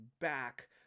back